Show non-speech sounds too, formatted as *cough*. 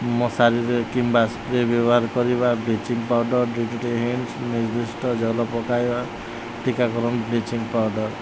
ମଶାରିରେ କିମ୍ବା ସ୍ପ୍ରେ ବ୍ୟବହାର କରିବା ବ୍ଲିଚିଙ୍ଗ ପାଉଡ଼ର୍ *unintelligible* ନିର୍ଦ୍ଧିଷ୍ଟ ଜଳ ପକାଇବା ଟୀକାକରଣ ବ୍ଲିଚିଙ୍ଗ ପାଉଡ଼ର୍